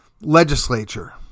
legislature